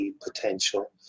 potential